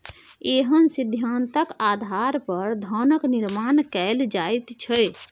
इएह सिद्धान्तक आधार पर धनक निर्माण कैल जाइत छै